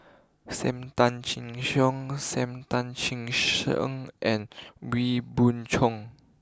Sam Tan Chin Siong Sam Tan Chin Siong and Wee Beng Chong